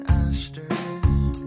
asterisk